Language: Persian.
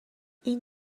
این